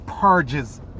purges